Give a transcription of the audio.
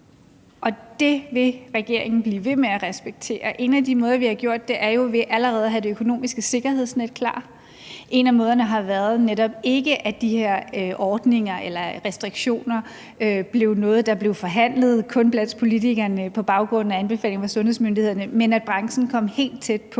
Det vil regeringen blive ved med at respektere. En af de måder, vi har gjort det på, er jo ved allerede at have det økonomiske sikkerhedsnet klar; en af måderne har været, at de her ordninger eller restriktioner netop ikke blev noget, der kun blev forhandlet blandt politikerne på baggrund af anbefalinger fra sundhedsmyndighederne, men at branchen kom helt tæt på,